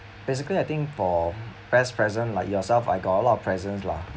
basically I think for best present like yourself I got a lot of presents lah